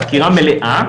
חקירה מלאה,